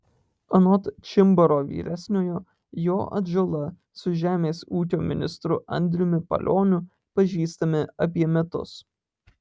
anot čimbaro vyresniojo jo atžala su žemės ūkio ministru andriumi palioniu pažįstami apie metus